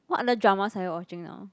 what other dramas are you watching now